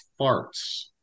farts